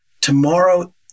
Tomorrow